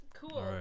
Cool